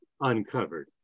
Uncovered